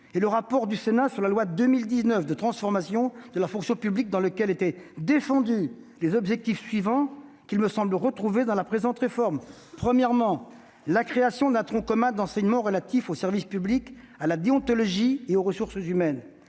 et le rapport du Sénat sur la loi de 2019 de transformation de la fonction publique, dans lequel étaient défendus les objectifs suivants, qu'il me semble retrouver dans la présente réforme : la création d'un tronc commun d'enseignements relatifs aux services publics, à la déontologie et aux ressources humaines